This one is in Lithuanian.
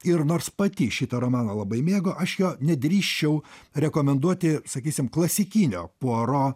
ir nors pati šitą romaną labai mėgo aš jo nedrįsčiau rekomenduoti sakysim klasikinio puaro